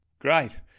Great